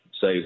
say